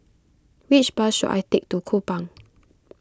which bus should I take to Kupang